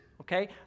Okay